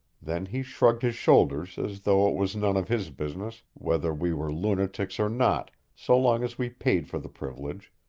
then he shrugged his shoulders as though it was none of his business whether we were lunatics or not so long as we paid for the privilege,